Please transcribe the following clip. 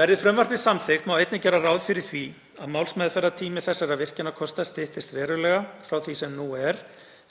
Verði frumvarpið samþykkt má einnig gera ráð fyrir því að málsmeðferðartími þessara virkjunarkosta styttist verulega frá því sem nú er